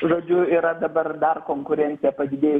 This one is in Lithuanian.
žodžiu yra dabar dar konkurencija padidėjus